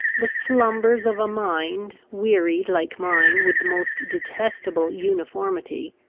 the slumbers of a mind, wearied, like mine, with the most detestable uniformity,